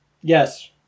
yes